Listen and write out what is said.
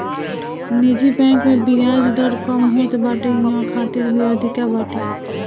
निजी बैंक में बियाज दर कम होत बाटे इहवा खतरा भी अधिका बाटे